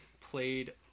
played